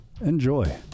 Enjoy